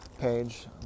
page